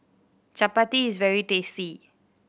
chapati is very tasty